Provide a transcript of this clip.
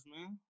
man